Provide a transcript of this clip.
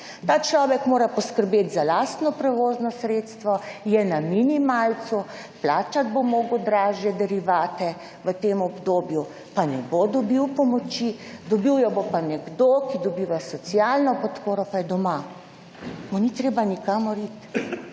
Ta človek mora poskrbeti za lastno prevozno sredstvo, je na minimalcu, plačati bo moral dražje derivate v tem obdobju, pa ne bo dobil pomoči, dobil jo bo pa nekdo, ki dobiva socialno podporo, pa je doma, mu ni treba nikamor iti.